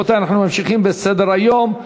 אנחנו ממשיכים בסדר-היום.